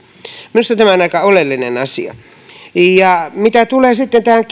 minusta tämä on aika oleellinen asia mitä tulee sitten tähän